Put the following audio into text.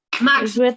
Max